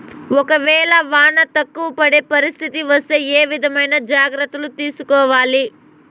ఒక వేళ వాన తక్కువ పడే పరిస్థితి వస్తే ఏ విధమైన జాగ్రత్తలు తీసుకోవాలి?